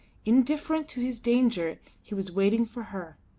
indifferent to his danger he was waiting for her.